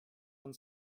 von